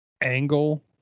angle